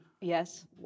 Yes